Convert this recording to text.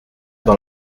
dans